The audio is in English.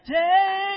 day